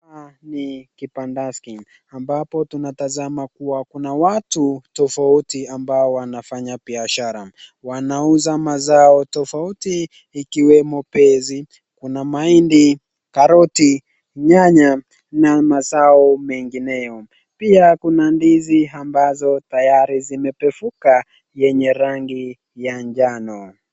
Huku ni kipandaski ambapo tunatasama kuwa kuna watu tofauti ambao wanafanya biashara. Wanauza mazao tofauti ikiwemo besi na mahindi karoti, nyanya na mazao mengineo. Pia kuna ndizi ambazo tayari zimepevuka yenye rangi ya njano.